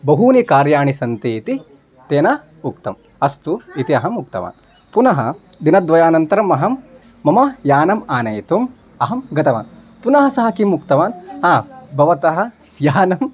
बहूनि कार्याणि सन्ति इति तेन उक्तम् अस्तु इति अहम् उक्तवान् पुनः दिनद्वयानन्तरम् अहं मम यानम् आनेतुम् अहं गतवान् पुनः सः किम् उक्तवान् हा भवतः यानं